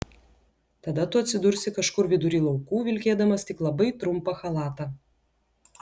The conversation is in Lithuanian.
tada tu atsidursi kažkur vidury laukų vilkėdamas tik labai trumpą chalatą